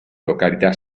località